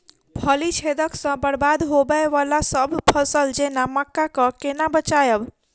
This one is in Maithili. फली छेदक सँ बरबाद होबय वलासभ फसल जेना मक्का कऽ केना बचयब?